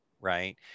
right